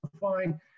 fine